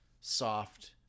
soft